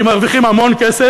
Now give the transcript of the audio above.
כי מרוויחים המון כסף,